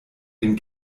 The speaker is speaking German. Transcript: den